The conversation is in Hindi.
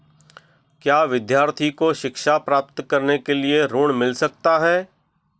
क्या विद्यार्थी को शिक्षा प्राप्त करने के लिए ऋण मिल सकता है?